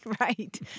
right